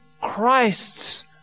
Christ's